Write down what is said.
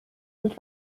und